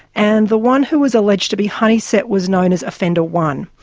and the one who was alleged to be honeysett was known as offender one,